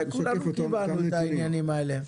כולנו קיבלנו את העניינים האלה.